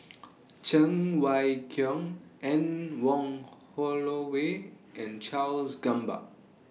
Cheng Wai Keung Anne Wong Holloway and Charles Gamba